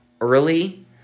early